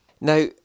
Now